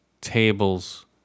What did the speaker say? tables